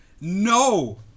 no